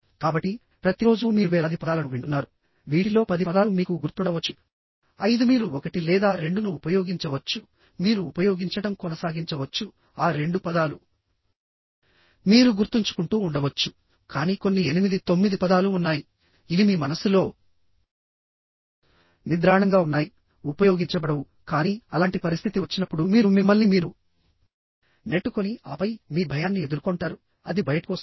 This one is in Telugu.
కాబట్టి ప్రతిరోజూ మీరు వేలాది పదాలను వింటున్నారు వీటిలో 10 పదాలు మీకు గుర్తుండవచ్చు 5 మీరు 1 లేదా 2 ను ఉపయోగించవచ్చు మీరు ఉపయోగించడం కొనసాగించవచ్చు ఆ 2 పదాలు మీరు గుర్తుంచుకుంటూ ఉండవచ్చు కానీ కొన్ని 89 పదాలు ఉన్నాయిఇవి మీ మనస్సులో నిద్రాణంగా ఉన్నాయి ఉపయోగించబడవు కానీ అలాంటి పరిస్థితి వచ్చినప్పుడు మీరు మిమ్మల్ని మీరు నెట్టుకొని ఆపై మీ భయాన్ని ఎదుర్కొంటారు అది బయటకు వస్తుంది